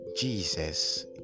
jesus